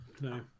No